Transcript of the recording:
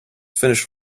finished